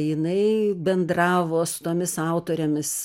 jinai bendravo su tomis autorėmis